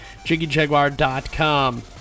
jiggyjaguar.com